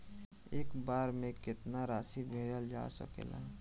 एक बार में केतना राशि भेजल जा सकेला?